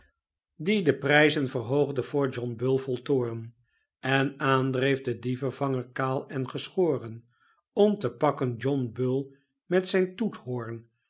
die de prijzen verhoogde voor john bull vol toorn en aandreef den dievenvanger kaal en geschoren om te pakken john bull met zljn toethoorn